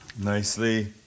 Nicely